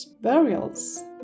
burials